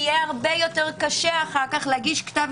יהיה הרבה יותר קשה אחר כך להגיש כתב